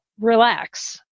Relax